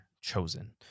chosen